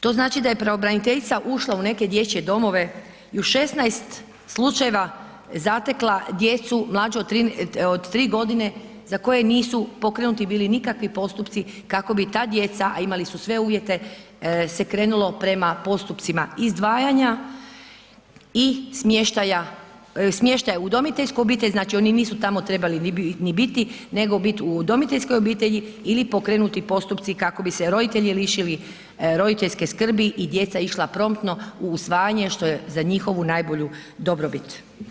To znači da je pravobraniteljica ušla u neke dječje domove i u 16 slučajeva zatekla djecu mlađu 3 g. za koje nisu pokrenuti bili nikakvi postupci kako bi ta djeca a imali su sve uvjete se krenulo prema postupcima izdvajanja i smještaja u udomiteljsku obitelj, znači oni nisu tamo trebali ni biti nego bit u udomiteljskoj obitelji ili pokrenuti postupci kako bi se roditelji lišili roditeljske skrbi i djeca išla promptno u usvajanje što je za njihovu najbolju dobrobit.